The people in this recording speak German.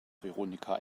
veronika